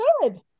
good